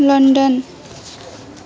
London